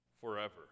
forever